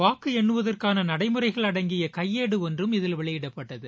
வாக்கு எண்ணவதற்கான நடைமுறைகள் அடங்கிய கையேடு ஒன்றும் இதில் வெளியிடப்பட்டது